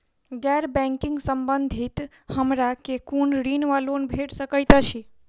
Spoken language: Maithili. गैर बैंकिंग संबंधित हमरा केँ कुन ऋण वा लोन भेट सकैत अछि?